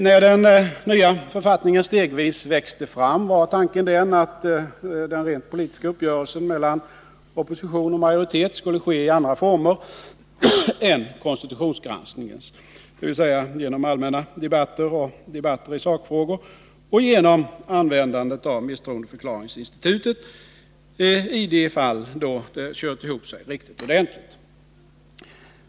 När den nya författningen stegvis växte fram var tanken att den rent politiska uppgörelsen mellan opposition och majoritet skulle ske i andra former än konstitutionsgranskningens, dvs. genom allmänna debatter, debatter i sakfrågor och genom användandet av misstroendeförklaringsin Nr 137 stitutet i de fall då det kört ihop sig riktigt ordentligt.